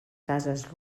cases